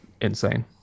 insane